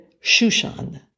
Shushan